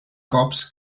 cops